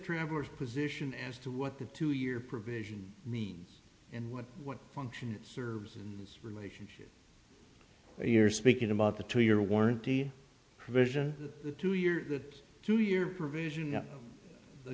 travelers position as to what the two year provision means and what what function it serves in this relationship or you're speaking about the two year warranty provision the two years the two year provision